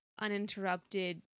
uninterrupted